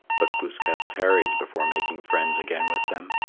but glooskap tarried before making friends again with them,